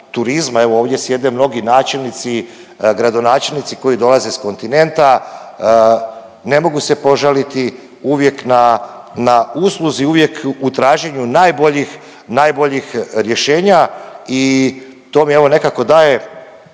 ovdje sjede mnogi načelnici i gradonačelnici koji dolaze s kontinenta, ne mogu se požaliti, uvijek na, na usluzi, uvijek u traženju najboljih, najboljih rješenja i to mi evo nekako daje,